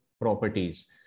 properties